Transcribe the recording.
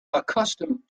accustomed